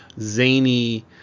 zany